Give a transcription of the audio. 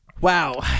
Wow